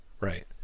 right